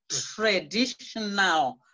traditional